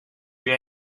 you